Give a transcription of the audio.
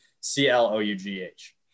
c-l-o-u-g-h